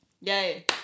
Yay